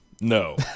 No